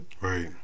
right